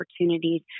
opportunities